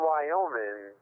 Wyoming